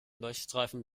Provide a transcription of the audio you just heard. leuchtstreifen